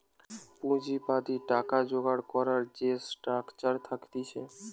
পুঁজিবাদী টাকা জোগাড় করবার যে স্ট্রাকচার থাকতিছে